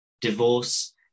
divorce